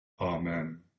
Amen